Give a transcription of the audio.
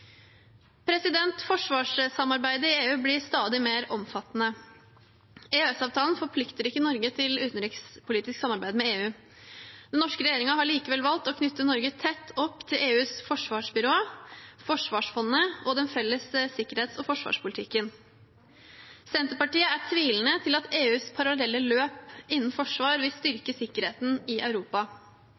Forsvarssamarbeidet i EU blir stadig mer omfattende. EØS-avtalen forplikter ikke Norge til utenrikspolitisk samarbeid med EU. Den norske regjeringen har likevel valgt å knytte Norge tett opp til EUs forsvarsbyrå, forsvarsfondet og den felles sikkerhets- og forsvarspolitikken. Senterpartiet er tvilende til at EUs parallelle løp innen forsvar vil styrke sikkerheten i Europa.